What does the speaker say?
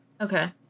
Okay